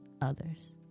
others